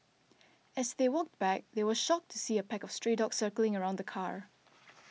as they walked back they were shocked to see a pack of stray dogs circling around the car